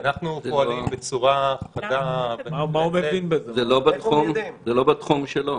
אנחנו פועלים בצורה חדה --- זה לא בתחום שלו.